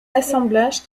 assemblage